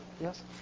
Yes